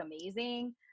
amazing